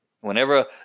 Whenever